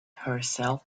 herself